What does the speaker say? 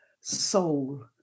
Soul